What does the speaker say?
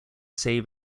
save